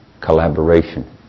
collaboration